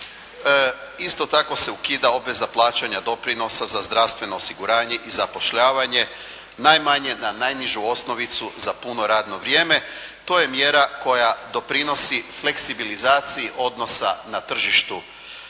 Isto tako se ukida obveza plaćanja doprinosa za zdravstveno osiguranje i zapošljavanje najmanje na najnižu osnovicu za puno radno vrijeme. To je mjera koja doprinosi felksibilizaciji odnosa na tržištu